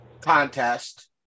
contest